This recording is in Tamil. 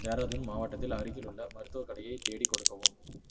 தேராதூன் மாவட்டத்தில் அருகிலுள்ள மருத்துவக் கடையை தேடிக் கொடுக்கவும்